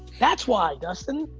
that's why, dustin.